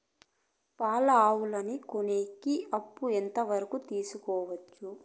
పాడి ఆవులని కొనేకి అప్పు ఎంత వరకు తీసుకోవచ్చు?